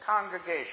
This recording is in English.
congregation